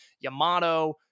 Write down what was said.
Yamato